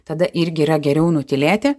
tada irgi yra geriau nutylėti